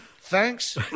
thanks